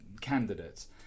candidates